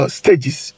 stages